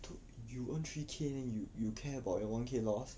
dude you earn three K then you care about your one K loss